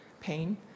pain